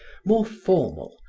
more formal,